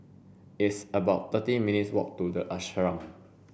it's about thirty minutes' walk to The Ashram